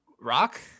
rock